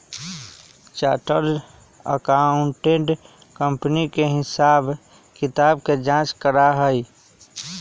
chartered accountant company के हिसाब किताब के जाँच करा हई